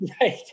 Right